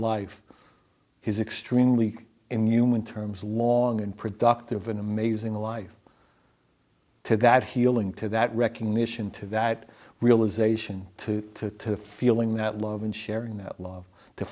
life his extremely him human terms long and productive an amazing life to that healing to that recognition to that realization to feeling that love and sharing that love the